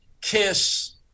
Kiss